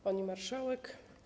Pani Marszałek!